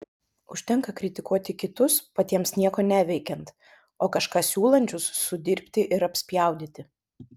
užtenka kritikuoti kitus patiems nieko neveikiant o kažką siūlančius sudirbti ir apspjaudyti